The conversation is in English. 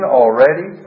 already